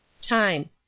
Time